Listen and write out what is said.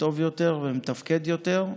טוב יותר ומתפקד יותר.